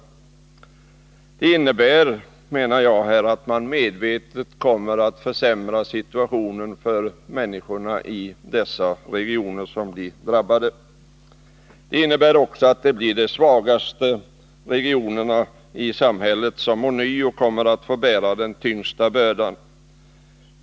Förslagen innebär, menar jag, att man medvetet kommer att försämra situationen för människorna i de regioner som blir drabbade. De innebär också att det blir de svagaste regionerna i samhället som ånyo kommer att få bära den tyngsta bördan.